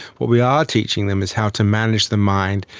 what we are teaching them is how to manage the mind,